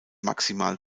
maximal